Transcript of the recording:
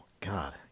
God